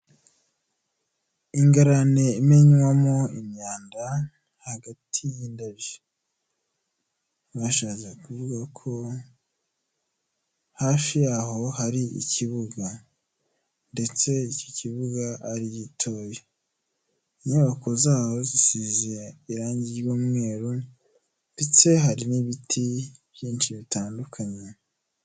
Ingarane imenywamo imyanda hagati y'indabyo, bashakaga kuvuga ko hafi yaho hari ikibuga ndetse icyo kibuga ari gitoya inyubako zaho zisize irangi ry'umweru ndetse hari n'ibiti byinshi bitandukanye.